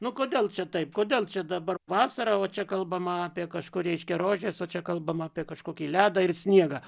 nu kodėl čia taip kodėl čia dabar vasara o čia kalbama apie kažkur reiškia rožės o čia kalbama apie kažkokį ledą ir sniegą